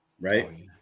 right